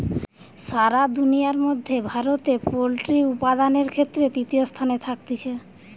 সারা দুনিয়ার মধ্যে ভারতে পোল্ট্রি উপাদানের ক্ষেত্রে তৃতীয় স্থানে থাকতিছে